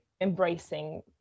embracing